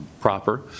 proper